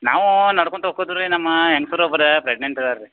ನಾವು ನಡ್ಕೊಳ್ತ ಹೋಕುತ್ ರೀ ನಮ್ಮ ಹೆಂಗ್ಸ್ರು ಒಬ್ರು ಪ್ರೆಗ್ನೆಂಟ್ ಇದಾರ್ ರೀ